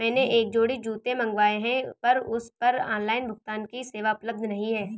मैंने एक जोड़ी जूते मँगवाये हैं पर उस पर ऑनलाइन भुगतान की सेवा उपलब्ध नहीं है